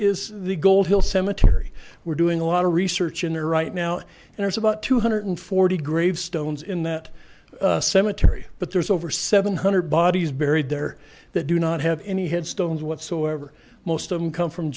is the gold hill cemetery we're doing a lot of research in there right now and there's about two hundred forty gravestones in that cemetery but there's over seven hundred bodies buried there that do not have any headstones whatsoever most i'm come from